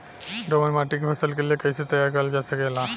दोमट माटी के फसल के लिए कैसे तैयार करल जा सकेला?